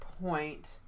point